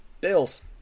Bills